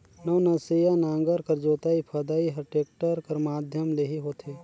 नवनसिया नांगर कर जोतई फदई हर टेक्टर कर माध्यम ले ही होथे